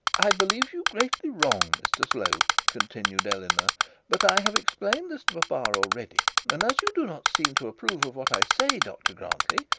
i believe you greatly wrong mr slope continued eleanor but i have explained this to papa already and as you do not seem to approve of what i say, dr grantly,